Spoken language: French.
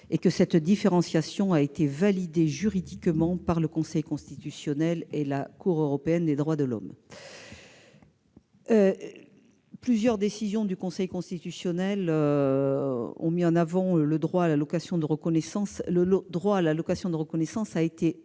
local. Cette différenciation a été validée juridiquement par le Conseil constitutionnel et la Cour européenne des droits de l'homme. Plusieurs décisions du Conseil constitutionnel ont mis en avant le droit à l'allocation de reconnaissance, qui a été ouvert de façon temporaire et